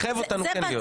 זה יחייב אותנו להיות.